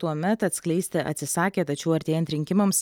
tuomet atskleisti atsisakė tačiau artėjant rinkimams